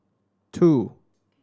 two